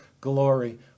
glory